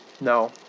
No